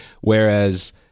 Whereas